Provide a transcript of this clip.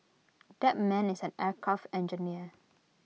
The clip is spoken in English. that man is an aircraft engineer